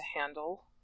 handle